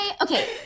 okay